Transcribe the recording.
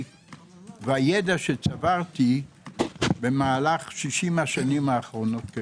והידע שצברתי במשך השישים השנים האחרונות.